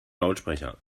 lautsprecher